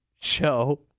show